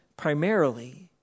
Primarily